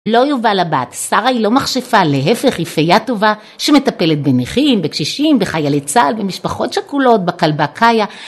לא יובל הבת, שרה היא לא מכשפה, להפך, היא פיה טובה, שמטפלת בנכים, בקשישים, בחיילי צה"ל, במשפחות שכולות, בכלבה קיה